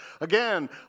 Again